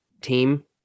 team